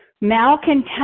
Malcontent